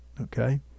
Okay